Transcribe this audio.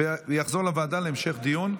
וזה יחזור לוועדת הכנסת להמשך דיון.